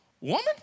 Woman